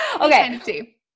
Okay